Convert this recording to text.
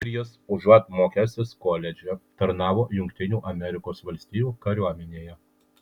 ir jis užuot mokęsis koledže tarnavo jungtinių amerikos valstijų kariuomenėje